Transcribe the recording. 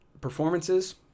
Performances